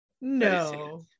No